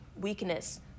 weakness